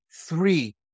three